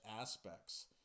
aspects